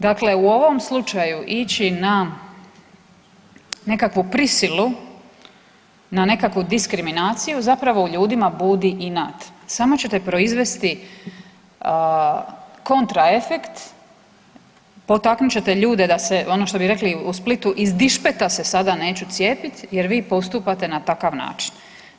Dakle, u ovom slučaju ići na nekakvu prisilu, na nekakvu diskriminaciju zapravo u ljudima budi inat, samo ćete proizvesti kontraefekt, potaknut ćete ljude da se, ono što bi rekli u Splitu „iz dišpeta se sada neću cijepit jer vi postupate na takav način“